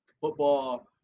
Football